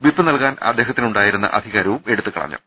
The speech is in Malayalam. വിപ്പ് നൽകാൻ അദ്ദേഹത്തിനുണ്ടായിരുന്ന അധികാരവും എടുത്തു ക ള ഞ്ഞു